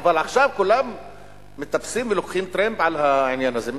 אבל עכשיו כולם מטפסים ולוקחים טרמפ על העניין הזה.